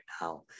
now